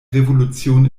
revolution